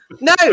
No